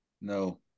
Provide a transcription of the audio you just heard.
No